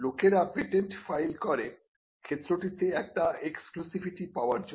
লোকেরা patent file করে ক্ষেত্রটিতে একটি এক্সক্লুসিভিটি পাবার জন্য